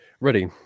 ready